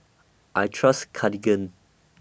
I Trust Cartigain